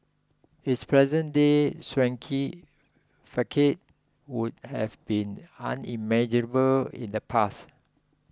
its present day swanky facade would have been unimaginable in the past